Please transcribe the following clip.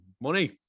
Money